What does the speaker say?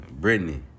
Britney